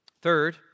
Third